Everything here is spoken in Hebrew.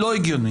לא הגיוני.